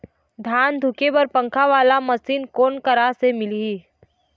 धान धुके बर पंखा वाला मशीन कोन करा से मिलही?